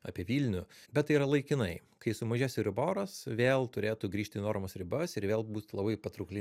apie vilnių bet tai yra laikinai kai sumažės euriboras vėl turėtų grįžti į normos ribas ir vėl būt labai patraukli